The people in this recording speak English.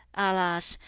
alas!